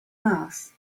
mass